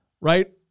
Right